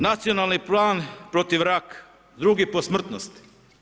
Nacionalni plan protiv raka, drugi po smrtnosti.